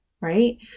Right